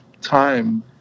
time